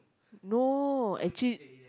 no actually